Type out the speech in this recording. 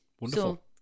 wonderful